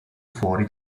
fuori